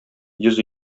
йөз